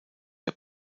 der